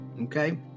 okay